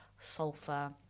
sulfur